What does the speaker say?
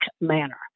manner